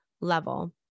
level